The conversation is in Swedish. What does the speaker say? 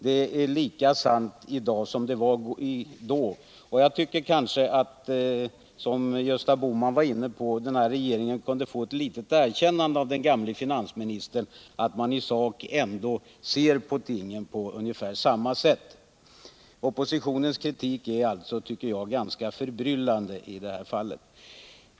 Det är lika sant i dag som det var då. Jag tycker — Gösta Bohman var inne på det —- att den här regeringen kunde få ett litet erkännande av den gamla finansministern för att man i sak ändå ser på tingen på ungefär samma sätt. Oppositionens kritik är alltså, tycker jag, ganska förbryllande.